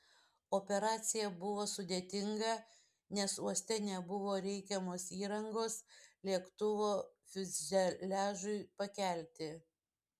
operacija buvo sudėtinga nes uoste nebuvo reikiamos įrangos lėktuvo fiuzeliažui pakelti